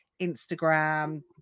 Instagram